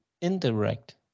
indirect